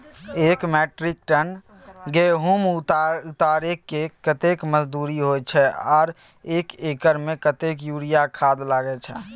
एक metric ton गेहूं उतारेके कतेक मजदूरी होय छै आर एक एकर में कतेक यूरिया खाद लागे छै?